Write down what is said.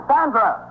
Sandra